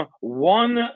one